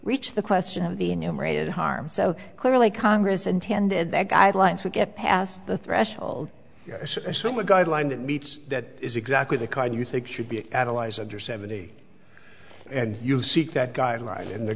reach the question of the enumerated harm so clearly congress intended that guidelines would get past the threshold assume a guideline that meets that is exactly the kind you think should be catalyzed under seventy and you seek that guideline and the